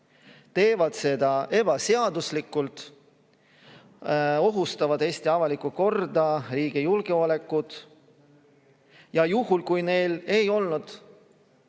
teevad seda ebaseaduslikult, ohustavad Eesti avalikku korda ja riigi julgeolekut. Ja juhul, kui neil oli